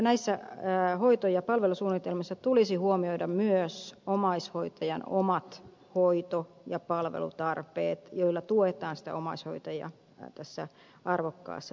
tällöin näissä hoito ja palvelusuunnitelmissa tulisi huomioida myös omaishoitajan omat hoito ja palvelutarpeet joilla tuetaan omaishoitajia tässä arvokkaassa työssä